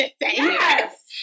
Yes